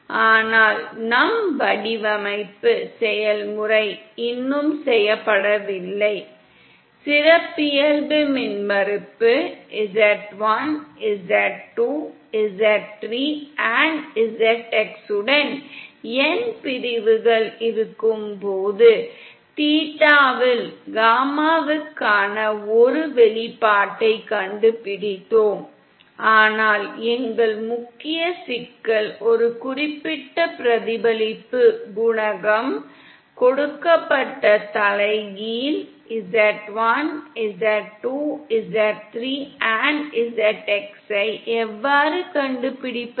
ஆனால் நம் வடிவமைப்பு செயல்முறை இன்னும் செய்யப்படவில்லை சிறப்பியல்பு மின்மறுப்பு z1 z2 z3 zx உடன் n பிரிவுகள் இருக்கும்போது தீட்டாவில் காமாவுக்கான ஒரு வெளிப்பாட்டைக் கண்டுபிடித்தோம் ஆனால் எங்கள் முக்கிய சிக்கல் ஒரு குறிப்பிட்ட பிரதிபலிப்பு குணக்கத்திற்கு கொடுக்கப்பட்ட தலைகீழ் z1 z2 z3 zx ஐ எவ்வாறு கண்டுபிடிப்பது